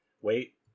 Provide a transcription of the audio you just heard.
Wait